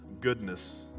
goodness